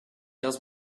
does